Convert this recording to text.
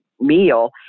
meal